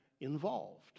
involved